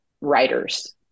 writers